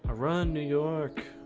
ah run, new york